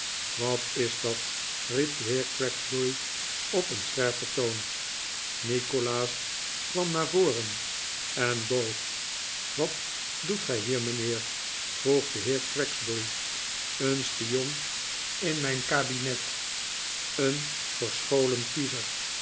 wat is dat riep de heer gregsbury op een scherpen toon nikolaas kwam naar voren en boog wat doet gij hier mijnheer vroeg de heer gregsbury e'en spion in mijn kabinet een verscholen kiezer